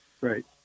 Right